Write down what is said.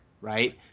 right